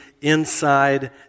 inside